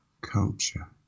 Culture